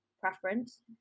preference